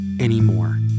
anymore